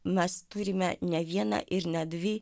mes turime ne vieną ir ne dvi